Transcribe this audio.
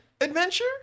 adventure